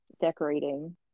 decorating